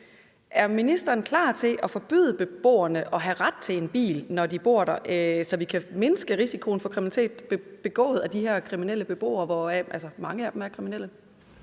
Er ministeren klar til at forbyde beboerne at have ret til en bil, når de bor der, så vi kan mindske risikoen for kriminalitet begået af de her beboere, hvoraf mange af dem altså er kriminelle?